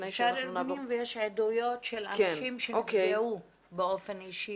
אפשר ארגונים ויש עדויות של אנשים שנפגעו באופן אישי,